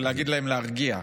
ולהגיד להם להרגיע,